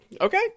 Okay